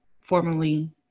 formerly